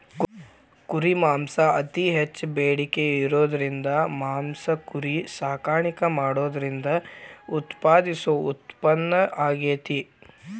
ಕುರಿ ಮಾಂಸಕ್ಕ್ ಅತಿ ಹೆಚ್ಚ್ ಬೇಡಿಕೆ ಇರೋದ್ರಿಂದ ಮಾಂಸ ಕುರಿ ಸಾಕಾಣಿಕೆ ಮಾಡೋದ್ರಿಂದ ಉತ್ಪಾದಿಸೋ ಉತ್ಪನ್ನ ಆಗೇತಿ